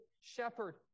shepherd